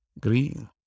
green